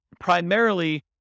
primarily